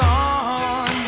on